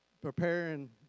preparing